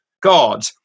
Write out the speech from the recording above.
God